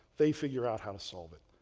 they figure out how to solve it.